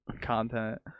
content